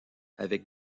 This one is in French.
avec